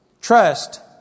trust